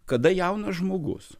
kada jaunas žmogus